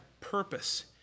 purpose